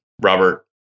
robert